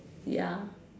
ya